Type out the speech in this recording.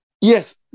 yes